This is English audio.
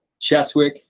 Cheswick